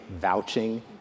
vouching